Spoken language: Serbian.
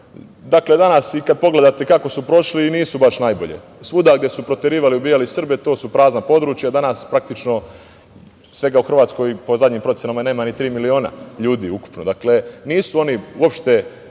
Dakle, danas i kad pogledate kako su prošli i nisu baš najbolje. Svuda gde su proterivali i ubijali Srbe, to su prazna područja. Danas, praktično, svega u Hrvatskoj po zadnjim procenama nema ni tri miliona ljudi ukupno. Dakle, nisu oni uopšte